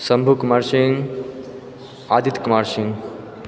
Shambhu Kumar Singh Aditya Kumar Singh